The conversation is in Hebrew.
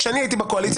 כשאני הייתי בקואליציה,